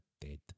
dead